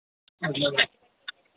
जी